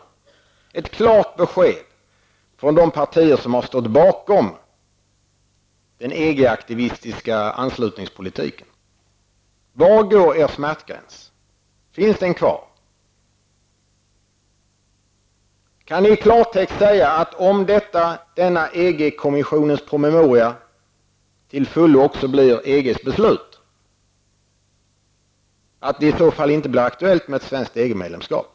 Jag skulle vilja ha klara besked från de partier som har stått bakom den EG-aktivistiska anslutningspolitiken: Var går er smärtgräns? Finns den kvar? Och kan ni i klartext säga att det, om denna EG-kommissionens promemoria till fullo blir EGs beslut, inte blir aktuellt med svenskt EG-medlemskap?